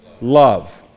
love